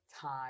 time